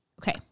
Okay